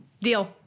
Deal